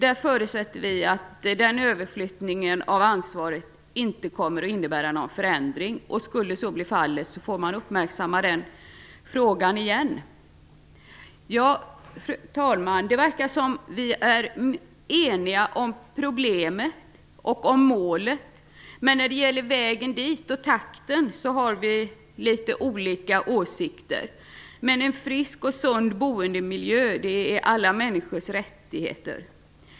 Vi förutsätter att överflyttningen av ansvaret inte kommer att innebära någon förändring i det avseendet. Skulle så bli fallet får frågan uppmärksammas på nytt. Fru talman! Det verkar som om vi är eniga om problemet och om målet, men när det gäller vägen till målet och takten har vi litet olika åsikter. En frisk och sund boendemiljö är ändå allas människors rättighet.